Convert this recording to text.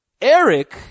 Eric